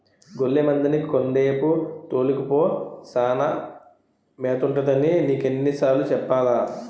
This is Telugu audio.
గొర్లె మందని కొండేపు తోలుకపో సానా మేతుంటదని నీకెన్ని సార్లు సెప్పాలా?